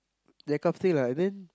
that kind of thing lah and then